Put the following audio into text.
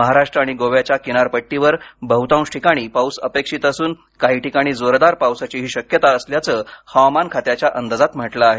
महाराष्ट्र आणि गोव्याच्या किनारपट्टीवर बहुतांश ठिकाणी पाऊस अपेक्षित असून काही ठिकाणी जोरदार पावसाचीही शक्यता असल्याचं हवामान खात्याच्या अंदाजात म्हटलं आहे